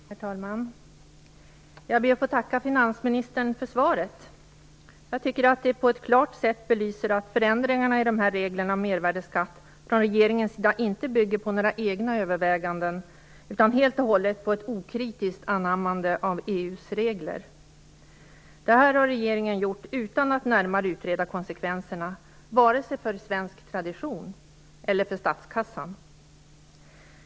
Herr talman! Jag ber att få tacka finansministern för svaret. Jag tycker att det på ett klart sätt belyser att förändringarna i reglerna om mervärdesskatt inte bygger på några egna överväganden från regeringens sida, utan helt och hållet på ett okritiskt anammande av EU:s regler. Det här har regeringen gjort utan att närmare utreda konsekvenserna vare sig för svensk tradition eller för statskassan.